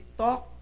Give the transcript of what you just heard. talk